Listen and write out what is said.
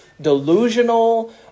delusional